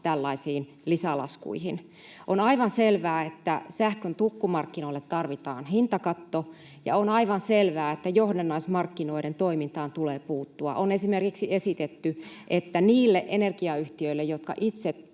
tällaisiin lisälaskuihin. On aivan selvää, että sähkön tukkumarkkinoille tarvitaan hintakatto, ja on aivan selvää, että johdannaismarkkinoiden toimintaan tulee puuttua. On esimerkiksi esitetty, että niiltä energiayhtiöiltä, jotka itse